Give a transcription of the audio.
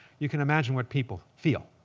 you can imagine what people feel.